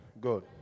good